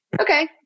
okay